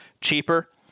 cheaper